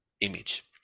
image